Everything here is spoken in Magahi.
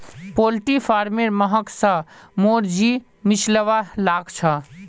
पोल्ट्री फारमेर महक स मोर जी मिचलवा लाग छ